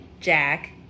Jack